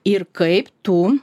ir kaip tu